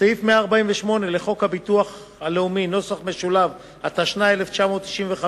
סעיף 148 לחוק הביטוח הלאומי , התשנ"ה 1995,